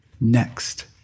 next